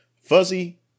Fuzzy